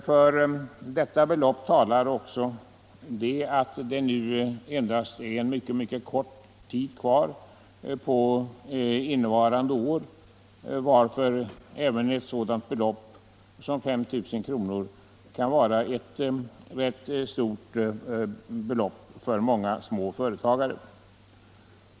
För detta belopp talar också att det endast är en mycket kort tid kvar av innevarande år, varför även 5 000 kr. kan vara rätt mycket för många småföretagare.